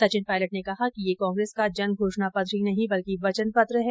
संचिन पायलट ने कहा कि यह कांग्रेस का जन घोषणा पत्र ही नहीं बल्कि वचन पत्र हैं